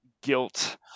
guilt